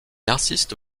insiste